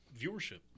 Viewership